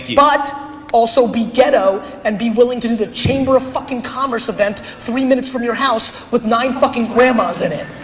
but also be ghetto and be willing to do the chamber of fucking commerce event three minutes from your house with nine fucking grandmas in it.